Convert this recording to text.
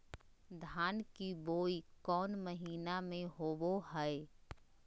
धान की बोई कौन महीना में होबो हाय?